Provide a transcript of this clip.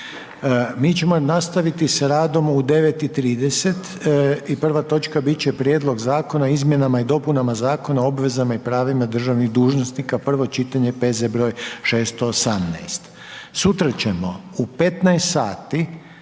Mi ćemo nastaviti s radom u 9,30 i prva točka biti će Prijedlog Zakona o izmjenama i dopunama Zakona o obveznim pravima državnih dužnosnika, prvo čitanje, P.Z. br. 618 Sutra ćemo u 15,00 sati,